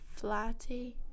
flatty